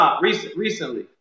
recently